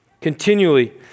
Continually